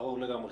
ברור לגמרי.